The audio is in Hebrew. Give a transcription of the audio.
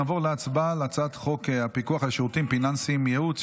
נעבור להצבעה על הצעת חוק הפיקוח על שירותים פיננסיים (ייעוץ,